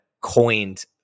coined